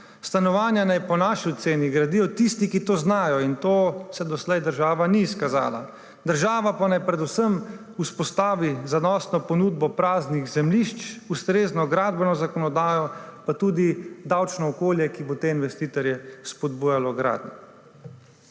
Stanovanja naj po naši oceni gradijo tisti, ki to znajo, in v tem se doslej država ni izkazala, država pa naj predvsem vzpostavi zadostno ponudbo praznih zemljišč, ustrezno gradbeno zakonodajo pa tudi davčno okolje, ki bo te investitorje spodbujalo h gradnji.